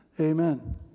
Amen